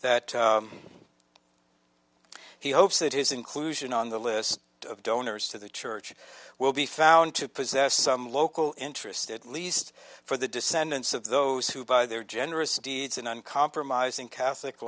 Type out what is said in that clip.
that he hopes that his inclusion on the list of donors to the church will be found to possess some local interested at least for the descendants of those who by their generous deeds and uncompromising catholic